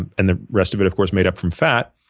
and and the rest of it of course made up from fat,